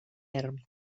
erm